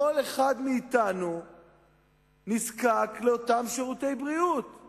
כל אחד מאתנו נזקק לשירותי הבריאות האלה.